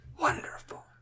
Wonderful